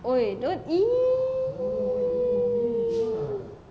!oi! don't !ee!